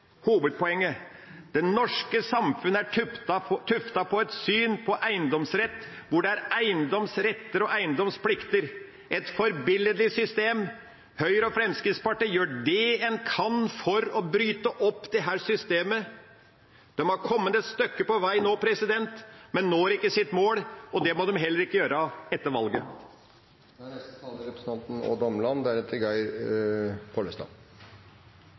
hovedpoenget: Det norske samfunnet er tuftet på et syn på eiendomsrett hvor det er eiendomsretter og eiendomsplikter – et forbilledlig system. Høyre og Fremskrittspartiet gjør det de kan for å bryte opp dette systemet. De har kommet et stykke på vei nå, men når ikke sitt mål. Det må de heller ikke gjøre etter valget. Bakgrunnen for at jeg tok ordet, var representanten